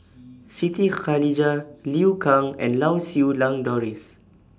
Siti Khalijah Liu Kang and Lau Siew Lang Doris